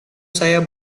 saya